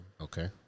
Okay